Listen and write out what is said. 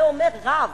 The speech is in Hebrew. את זה אומר רב.